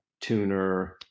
tuner